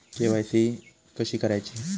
KYC कशी करायची?